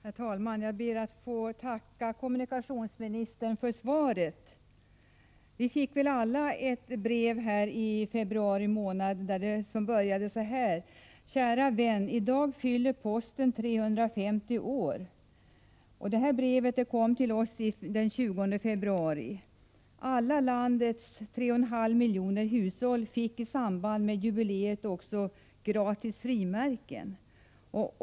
Herr talman! Jag ber att få tacka kommunikationsministern för svaret. Vi fick alla den 20 februari ett brev som började så här: ”Kära vän. I dag fyller Posten 350 år.” Alla landets 3,5 miljoner hushåll fick i samband med jubileet gratis frimärken.